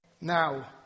now